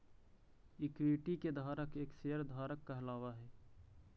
equity के धारक एक शेयर धारक कहलावऽ हइ